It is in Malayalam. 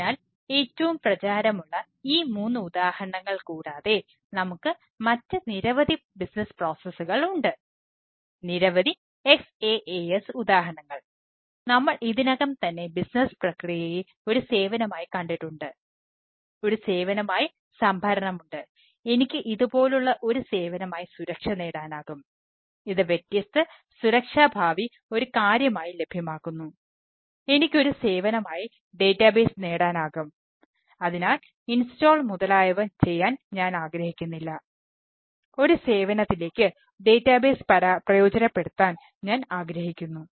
അതിനാൽ ഏറ്റവും പ്രചാരമുള്ള ഈ മൂന്ന് ഉദാഹരണങ്ങൾ കൂടാതെ നമുക്ക് മറ്റ് നിരവധി ബിസിനസ്സ് പ്രോസസ്സുകൾ ഞാൻ ആഗ്രഹിക്കുന്നു